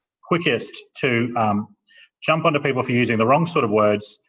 quickest to jump onto people for using the wrong sort of words.